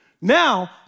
Now